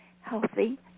healthy